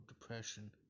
depression